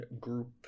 group